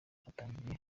batangiye